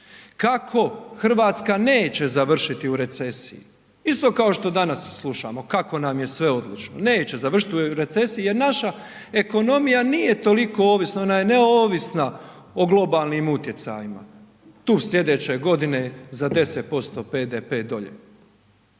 kako Hrvatska neće završiti u recesiji, isto kao što danas slušamo kako nam je sve odlično, neće završiti u recesiji jer naša ekonomija nije toliko ovisna, ona je neovisna o globalnim utjecajima. Tu sljedeće godine za 10% BDP dolje.